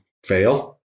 Fail